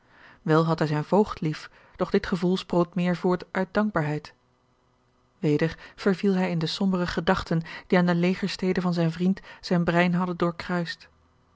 wel had hij zijn voogd lief doch dit gevoel sproot meer voort uit dankbaarheid weder verviel hij in de sombere gedachten die aan de legerstede van zijn vriend zijn brein hadden doorkruist